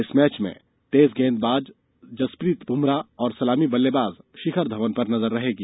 इस मैच में तेज गेंदबाज जसप्रीत ब्रमराह और सलामी बल्लेबाज शिखर धवन पर नजर रहेगी